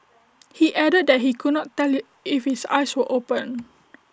he added that he could not tell if his eyes were open